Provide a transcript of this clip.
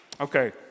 Okay